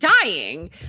dying